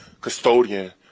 custodian